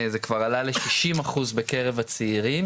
זה כבר עלה לשישים אחוז בקרב הצעירים,